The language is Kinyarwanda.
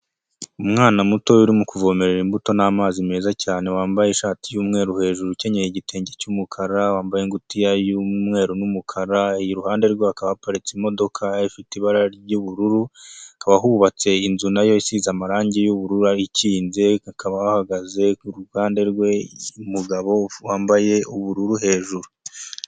Umwana muto urimo kuvomerera imbuto n'amazi meza cyane, wambaye ishati yu'mweru hejuru ukenyeye igitenge cy'umukara wambaye ingutiya y'umweru n'umukara, iruhande rwe hakaba haparitse imodoka ifite ibara ry'ubururu, hakaba hubatse inzu n'ayo isize amarangi y'ubururu ikinze, akaba ahahagaze iruhande rwe umugabo wambaye ubururu hejuru.